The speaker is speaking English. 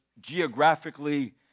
geographically